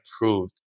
approved